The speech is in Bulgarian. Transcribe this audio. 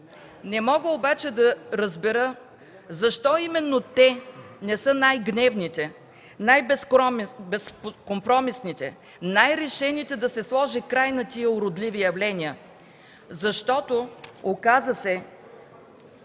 Не мога обаче да разбера защо именно те не са най-гневните, най-безкомпромисните, най-решените да се сложи край на тези уродливи явления. Оказа се,